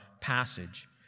passage